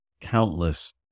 countless